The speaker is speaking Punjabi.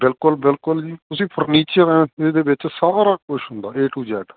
ਬਿਲਕੁਲ ਬਿਲਕੁਲ ਜੀ ਤੁਸੀਂ ਫਰਨੀਚਰ ਦੇ ਵਿੱਚ ਸਾਰਾ ਕੁਛ ਹੁੰਦਾ ਏ ਟੂ ਜੈਡ